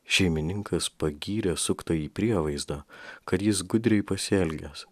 šeimininkas pagyrė suktąjį prievaizdą kad jis gudriai pasielgęs